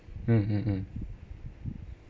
mm mm mm